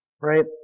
right